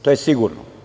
To je sigurno.